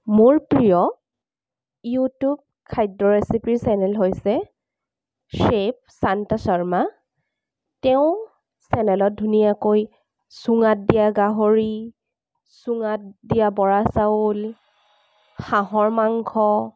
মোৰ প্ৰিয় ইউটিউব খাদ্য ৰেচিপিৰ চেনেল হৈছে চেফ শান্তা শৰ্মা তেওঁ চেনেলত ধুনীয়াকৈ চুঙাত দিয়া গাহৰি চুঙাত দিয়া বৰা চাউল হাঁহৰ মাংস